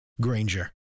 Granger